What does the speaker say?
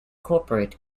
corporate